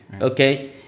okay